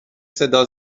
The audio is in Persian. صدا